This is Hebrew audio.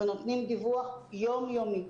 ונותנים דיווח יומיומי.